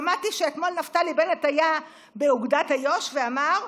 שמעתי שאתמול נפתלי בנט היה באוגדת איו"ש ואמר: